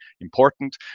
important